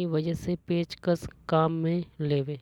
ई वजह से पेचकस काम में लेवे।